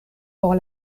por